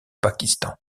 pakistan